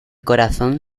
corazón